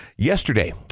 Yesterday